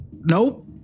Nope